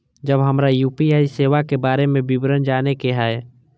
जब हमरा यू.पी.आई सेवा के बारे में विवरण जाने के हाय?